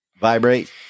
vibrate